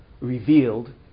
revealed